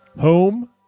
home